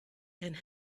and